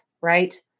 right